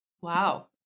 wow